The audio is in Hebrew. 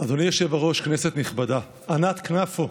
אדוני היושב-ראש, כנסת נכבדה, ענת כנפו,